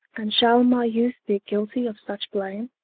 and shall my youth be guiltie of such blame?